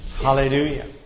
Hallelujah